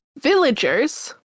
villagers